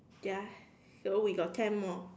ya so we got ten more